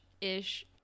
ish